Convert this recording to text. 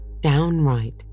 Downright